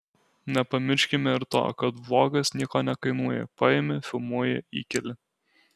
nepamirškime ir to kad vlogas nieko nekainuoja paimi filmuoji įkeli